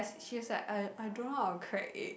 she was like I I don't know how to crack egg